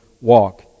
Walk